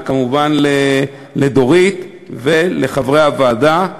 וכמובן לדורית ולחברי הוועדה.